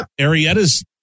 Arietta's